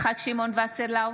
יצחק שמעון וסרלאוף,